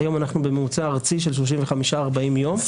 היום אנחנו עומדים על 40-35 יום בממוצע הארצי.